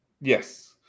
Yes